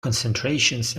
concentrations